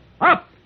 up